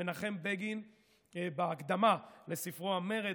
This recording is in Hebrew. מנחם בגין בהקדמה לספרו "המרד",